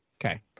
Okay